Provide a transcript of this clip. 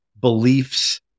beliefs